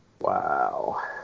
Wow